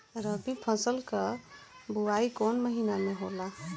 रबी फसल क बुवाई कवना महीना में होला?